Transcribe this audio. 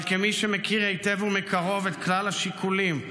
אבל כמי שמכיר היטב ומקרוב את כלל השיקולים,